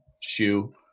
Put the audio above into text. shoe